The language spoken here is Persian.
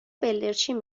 بلدرچین